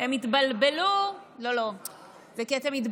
הם התבלבלו, כדי להפיל